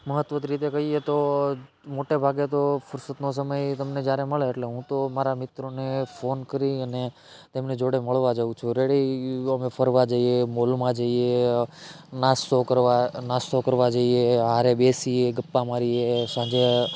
મહત્ત્વ તો રીતે કહીએ તો મોટા ભાગે તો ફુરસતનો સમય તમને જ્યારે મળે એટલે હું તો મારા મિત્રોને ફોન કરી અને તેમને જોડે મળવા જાઉં છું રેડી અમે ફરવા જઇએ મોલમાં જઇએ નાસ્તો કરવા નાસ્તો કરવા જઇએ હારે બેસીએ ગપ્પા મારીએ સાંજે